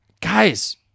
guys